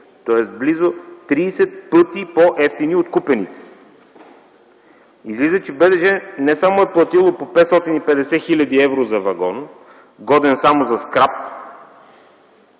тоест близо 30 пъти по-евтини от купените. Излиза, че БДЖ не само е платило по 550 хил. евро за вагон, годен само за скрап,